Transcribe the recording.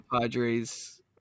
Padres